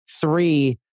Three